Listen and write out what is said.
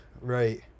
right